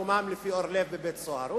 מקומם לפי אורלב בבית-הסוהר.